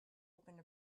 opened